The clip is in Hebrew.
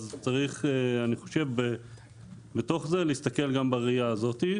אז צריך אני חושב בתוך זה להסתכל גם בראייה הזאתי.